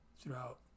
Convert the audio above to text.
throughout